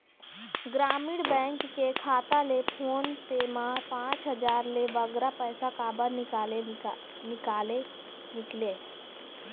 ग्रामीण बैंक के खाता ले फोन पे मा पांच हजार ले बगरा पैसा काबर निकाले निकले?